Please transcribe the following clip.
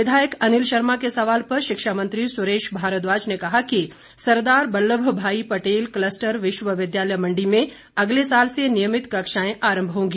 विधायक अनिल शर्मा के सवाल पर शिक्षा मंत्री सुरेश भारद्वाज ने कहा कि सरदार वल्लभ भाई पटेल क्लस्टर विश्वविद्यालय मंडी में अगले साल से नियमित कक्षाएं आरंभ होंगी